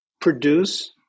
Produce